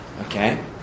Okay